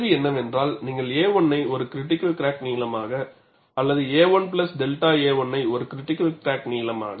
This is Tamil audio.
கேள்வி என்னவென்றால் நீங்கள் a1 ஐ ஒரு கிரிடிக்கல் கிராக் நீளமாக அல்லது a1 𝛅a1 ஐ ஒரு கிரிடிக்கல் கிராக் நீளமாக